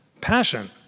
passion